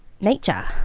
Nature